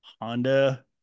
honda